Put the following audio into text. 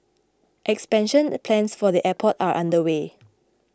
expansion plans for the airport are underway